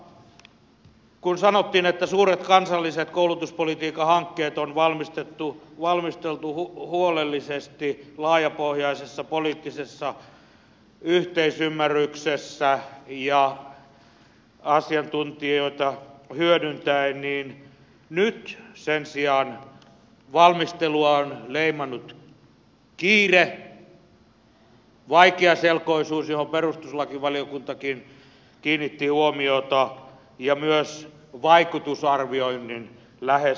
mutta kun sanottiin että suuret kansalliset koulutuspolitiikan hankkeet on valmisteltu huolellisesti laajapohjaisessa poliittisessa yhteisymmärryksessä ja asiantuntijoita hyödyntäen niin nyt sen sijaan valmistelua on leimannut kiire vaikeaselkoisuus johon perustuslakivaliokuntakin kiinnitti huomiota ja myös vaikutusarvioinnin lähes täydellinen poissaolo